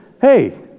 hey